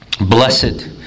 Blessed